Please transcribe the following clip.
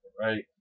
Right